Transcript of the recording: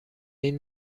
این